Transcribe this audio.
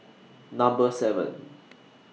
Number seven